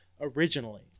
originally